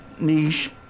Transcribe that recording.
niche